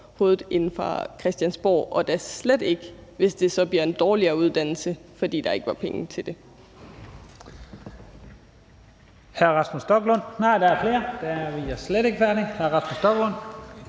hovedet inde fra Christiansborg, og da slet ikke, hvis det så bliver en dårligere uddannelse, fordi der ikke var penge til det.